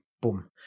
boom